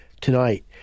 tonight